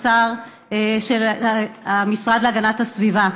השר של המשרד להגנת הסביבה: